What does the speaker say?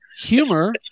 humor